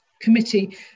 committee